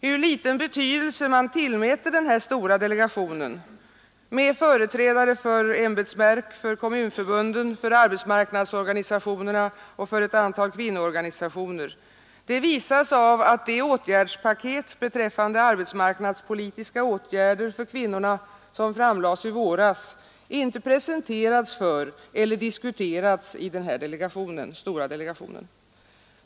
Hur liten betydelse man tillmäter denna stora delegation — med företrädare för ämbetsverk, för kommunförbunden, för arbetsmarknadsorganisationerna och för ett antal kvinnoorganisationer — visas av att det åtgärdspaket beträffande arbetsmarknadspolitiska åtgärder för kvinnorna som framlades i våras inte presenterats för eller diskuterats i den stora delegationen.